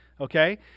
Okay